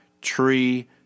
tree